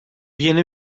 yeni